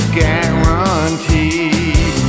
guarantee